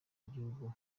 igihugu